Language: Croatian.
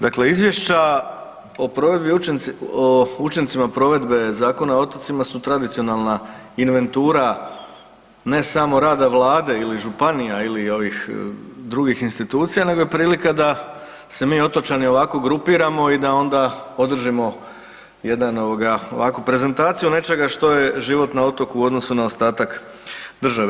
Dakle, izvješća o provedbi, o učincima provedbe Zakona o otocima su tradicionalna inventura, ne samo rada Vlade ili Županija ili ovih drugih institucija, nego je prilika da se mi otočani ovako grupiramo i da onda održimo jedan ovako, prezentaciju nečega što je život na otoku u odnosu na ostatak države.